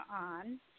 on